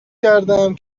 کردم